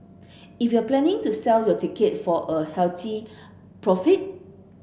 if you're planning to sell the ticket for a healthy profit